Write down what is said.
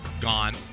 gone